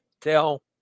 tell